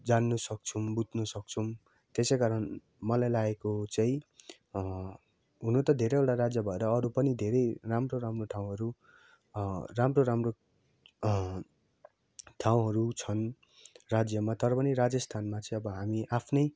जान्नसक्छौँ बुझ्नसक्छौँ त्यसै कारण मलाई लागेको चाहिँ हुनु त धेरैवटा राज्य भएर अरू पनि धेरै राम्रो राम्रो ठाउँहरू राम्रो राम्रो ठाउँहरू छन् राज्यमा तर पनि राजस्थानमा चाहिँ अब हामी आफ्नै